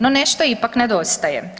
No nešto ipak nedostaje.